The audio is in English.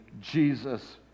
Jesus